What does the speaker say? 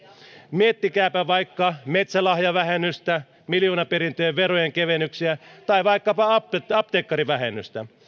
miettikääpä vaikka metsälahjavähennystä miljoonaperintöjen verojen kevennyksiä tai vaikkapa apteekkarivähennystä